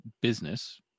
business